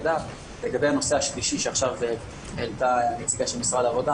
--- לגבי הנושא השלישי שעכשיו העלתה הנציגה של משרד העבודה,